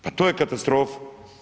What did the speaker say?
Pa to je katastrofa.